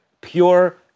pure